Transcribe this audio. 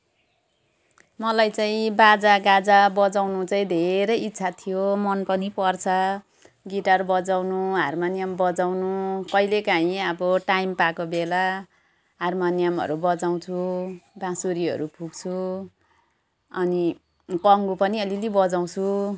मलाई चाहिँ बाजागाजा बजाउनु चाहिँ धेरै इच्छा थियो मन पनि पर्छ गिटार बजाउनु हार्मनियम बजाउनु कहिलेकाहीँ अब टाइम पाएको बेला हार्मनियमहरू बजाउँछु बाँसुरीहरू फुक्छु अनि कङ्गो पनि अलिअलि बजाउँछु